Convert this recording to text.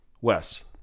Wes